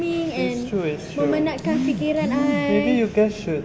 it's true it's true maybe you guys should